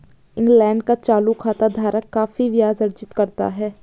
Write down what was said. England का चालू खाता धारक काफी ब्याज अर्जित करता है